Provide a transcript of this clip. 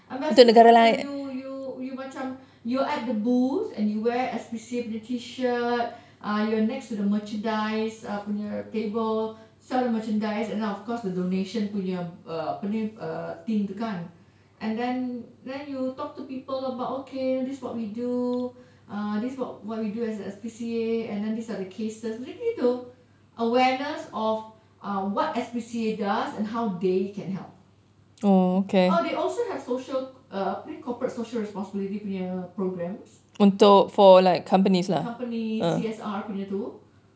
ambassadors macam you you you macam you at the booth and you wear S_P_C_A punya t-shirt uh you're next to the merchandise punya table sell the merchandise and then of course the donations punya uh apa ni uh tin tu kan and then then you talk to people about okay this is what we do uh this is what we do as an S_P_C_A and these are the cases macam gitu awareness of uh what S_P_C_A does and how they can help oh they also have social uh pre-corporate social responsibility punya programs companies C_S_R punya tu